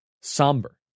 somber